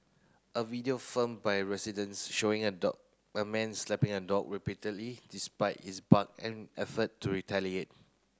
a video film by a residents showing a dog a man slapping a dog repeatedly despite its bark and effort to retaliate